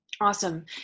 Awesome